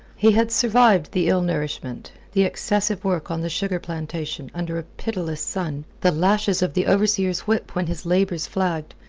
he had survived the ill-nourishment, the excessive work on the sugar plantation under a pitiless sun, the lashes of the overseer's whip when his labours flagged,